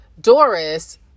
Doris